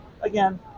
again